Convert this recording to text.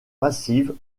massives